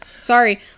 Sorry